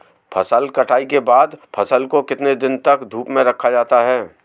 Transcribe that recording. फसल कटाई के बाद फ़सल को कितने दिन तक धूप में रखा जाता है?